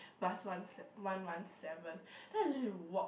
bus one se~ one one seven then I still need to walk